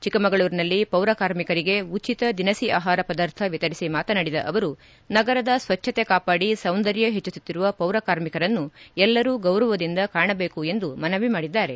ಚಿಕ್ಕಮಗಳೂರಿನಲ್ಲಿ ಪೌರ ಕಾರ್ಮಿಕರಿಗೆ ಉಚಿತ ದಿನಸಿ ಆಹಾರ ಪದಾರ್ಥ ವಿತರಿಸಿ ಮಾತನಾಡಿದ ಅವರು ನಗರದ ಸ್ವಜ್ಞತೆ ಕಾಪಾಡಿ ಸೌಂದರ್ಯೈ ಹೆಚ್ಚಿಸುತ್ತಿರುವ ಪೌರಕಾರ್ಮಿಕರನ್ನು ಎಲ್ಲರೂ ಗೌರವದಿಂದ ಕಾಣಬೇಕು ಎಂದು ಮನವಿ ಮಾಡಿದ್ದಾರೆ